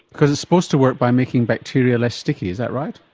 because it's supposed to work by making bacteria less sticky, is that right?